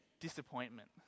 disappointment